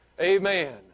Amen